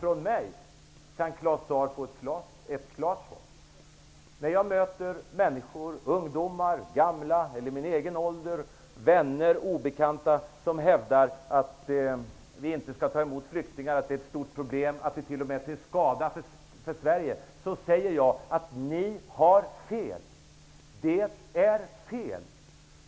Från mig kan Claus Zaar få ett klart svar. När jag möter människor -- ungdomar, gamla, människor i min egen ålder, vänner, obekanta -- som hävdar att vi inte skall ta emot flyktingar, att det är ett stort problem och att det t.o.m. är till skada för Sverige, säger jag: Ni har fel. Det är fel.